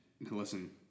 listen